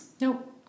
Nope